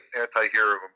anti-hero